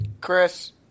Chris